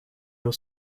your